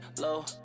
low